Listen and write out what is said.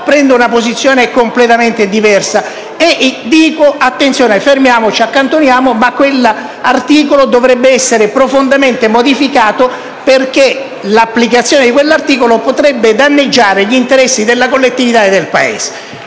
prendo una posizione completamente diversa e dico: «Attenzione, fermiamoci, accantoniamo; quell'articolo deve essere profondamente modificato, perché la sua applicazione potrebbe danneggiare gli interessi della collettività e del Paese»?